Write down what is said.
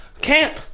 camp